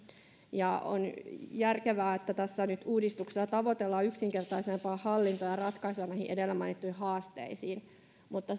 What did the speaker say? ja on järkevää että tässä nyt uudistuksella tavoitellaan yksinkertaisempaa hallintoa ja ratkaisua näihin edellä mainittuihin haasteisiin mutta